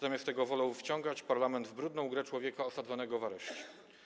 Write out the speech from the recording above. Zamiast tego wolą wciągać parlament w brudną grę człowieka osadzonego w areszcie.